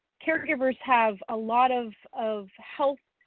caregivers have a lot of of health